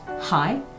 hi